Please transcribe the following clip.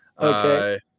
Okay